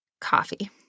Coffee